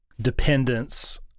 dependence